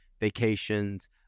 vacations